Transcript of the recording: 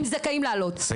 הם זכאים לעלות,